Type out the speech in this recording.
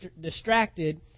distracted